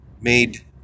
made